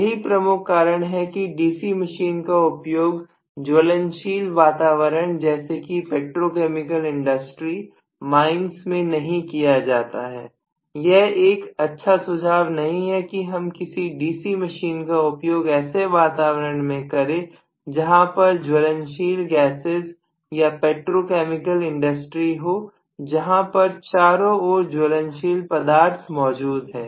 यही प्रमुख कारण है कि DC मशीन का उपयोग ज्वलनशील वातावरण जैसे कि पेट्रोकेमिकल इंडस्ट्री माइंस में नहीं किया जाता है यह एक अच्छा सुझाव नहीं है कि हम किसी DC मशीन का उपयोग ऐसे वातावरण में करें जहां पर ज्वलनशील गैसेस या पेट्रोकेमिकल इंडस्ट्री हो जहां पर चारों ओर ज्वलनशील पदार्थ मौजूद है